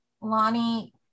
Lonnie